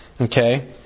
Okay